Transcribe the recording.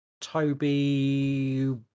Toby